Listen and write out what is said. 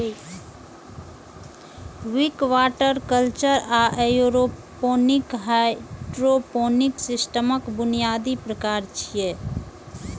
Wick, water culture आ aeroponic hydroponic सिस्टमक बुनियादी प्रकार छियै